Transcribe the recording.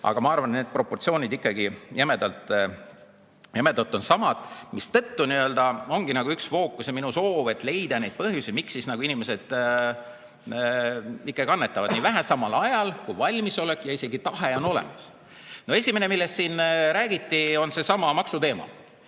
Aga ma arvan, et need proportsioonid on jämedalt võttes ikkagi samad, mistõttu ongi üks fookus ja minu soov leida neid põhjusi, miks inimesed ikkagi annetavad nii vähe, samal ajal kui valmisolek ja isegi tahe on olemas. Esimene, millest siin räägiti, on seesama maksuteema.